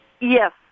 Yes